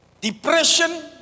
depression